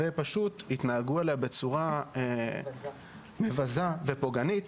פשוט התנהגו אליה בצורה מבזה ופוגענית,